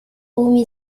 omi